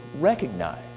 recognize